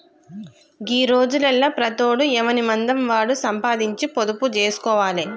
గీ రోజులల్ల ప్రతోడు ఎవనిమందం వాడు సంపాదించి పొదుపు జేస్కోవాలె